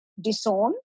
disown